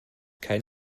kein